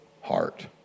heart